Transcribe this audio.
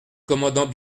commandant